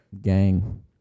gang